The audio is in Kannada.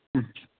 ಹ್ಞೂ